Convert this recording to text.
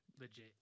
legit